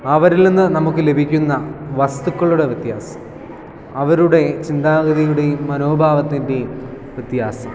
അവരിൽ നിന്ന് നമുക്ക് ലഭിക്കുന്ന വസ്തുക്കളുടെ വ്യത്യാസം അവരുടെ ചിന്താഗതിയുടെയും മനോഭാവത്തിൻ്റെയും വ്യത്യാസം